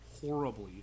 horribly